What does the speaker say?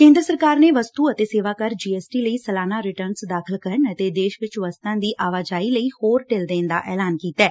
ਕੇਂਦਰ ਸਰਕਾਰ ਨੇ ਵਸਤੂ ਅਤੇ ਸੇਵਾ ਕਰ ਜੀ ਐਸ ਟੀ ਲਈ ਸਾਲਾਨਾ ਰਿਟਰਨ ਦਾਖ਼ਲ ਕਰਨ ਅਤੇ ਦੇਸ਼ ਵਿਚ ਵਸਤਾਂ ਦੀ ਆਵਾਜਾਈ ਲਈ ਹੋਰ ਢਿੱਲ ਦੇਣ ਦਾ ਐਲਾਨ ਕੀਤੈ